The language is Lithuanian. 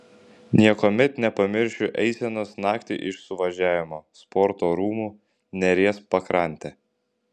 niekuomet nepamiršiu eisenos naktį iš suvažiavimo sporto rūmų neries pakrante